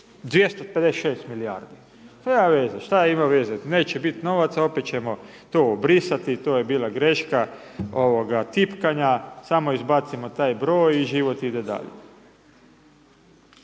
256 milijardi, nema veze šta ima veze, neće bit novaca opet ćemo to obrisati to je bila greška ovoga tipkanja, samo izbacimo taj broj i život ide dalje.